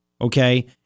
Okay